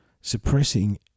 suppressing